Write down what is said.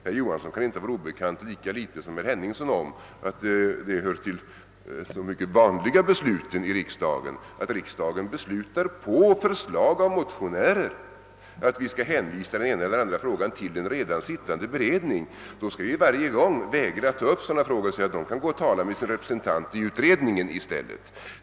Herr Johansson kan lika litet som herr Henningsson vara okunnig om att det hör till de mycket vanliga besluten i riksdagen att vi på förslag av motionärer beslutar att hänvisa den ena eller andra frågan till en redan arbetande beredning. Skulle vi varje gång vägra att ta upp sådana frågor och säga att motionärerna kan gå och tala med sin representant i utredningen i stället?